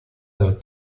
del